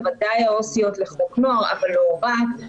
בוודאי העו"סיות לחוק נוער אבל לא רק,